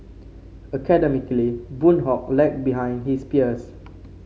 academically Boon Hock lagged behind his peers